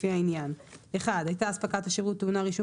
לפי העניין: (1)הייתה אספקת השירות טעונה רישום